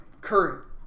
current